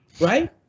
right